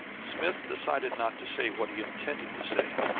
smith decided not to say what he intended to say.